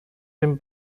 dem